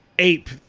Ape